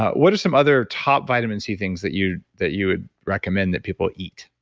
what are some other top vitamin c things that you that you would recommend that people eat?